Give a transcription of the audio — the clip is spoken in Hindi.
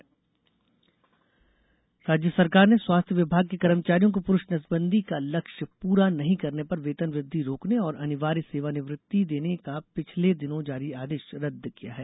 नसबंदी आदेश राज्य सरकार ने स्वास्थ्य विभाग के कर्मचारियों को पुरुष नसबंदी का लक्ष्य पूरा नहीं करने पर वेतन वृद्धि रोकने और अनिवार्य सेवानिवृत्ति देने का पिछले दिनों जारी आदेश रद्द दिया है